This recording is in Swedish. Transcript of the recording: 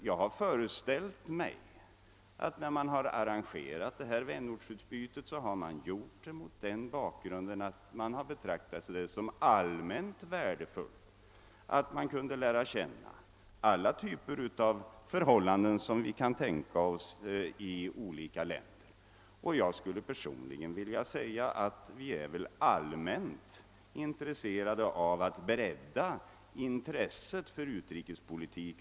Jag har föreställt mig att när man arrangerat vänortsutbyte har det betraktats som allmänt värdefullt, att den som deltar lär känna förhållandena över huvud taget i olika länder. Vi är väl allmänt intresserade av att bredda intresset för utrikespolitik.